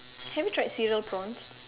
have you tried cereal prawns